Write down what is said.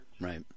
Right